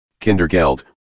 Kindergeld